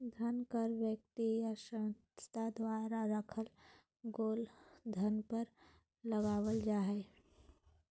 धन कर व्यक्ति या संस्था द्वारा रखल गेल धन पर लगावल जा हइ